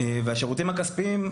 השירותים הכספיים,